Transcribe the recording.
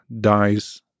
dies